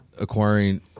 acquiring